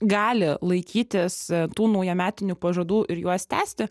gali laikytis tų naujametinių pažadų ir juos tęsti